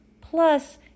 Plus